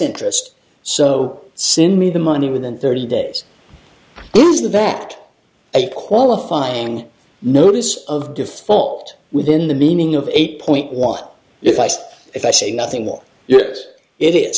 interest so sin me the money within thirty days of the backed a qualifying notice of default within the meaning of eight point one if i say if i say nothing more yes it is